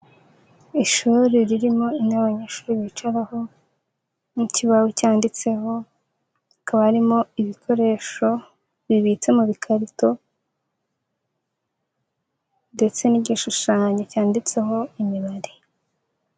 Ishuri ririmo intebe abanyeshuri bicaraho n'ikibaho cyanditseho, hakaba harimo ibikoresho bibitse mu bikarito ndetse n'igishushanyo cyanditseho imibare.